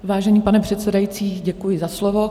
Vážený pane předsedající, děkuji za slovo.